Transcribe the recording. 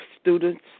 students